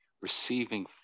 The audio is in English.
receiving